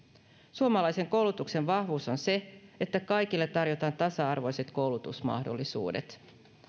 suomalaisen koulutuksen vahvuus on se että kaikille tarjotaan tasa arvoiset koulutusmahdollisuudet